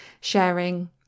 sharing